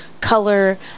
color